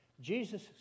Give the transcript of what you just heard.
Jesus